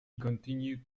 continued